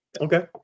Okay